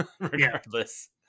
regardless